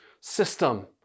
system